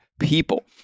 people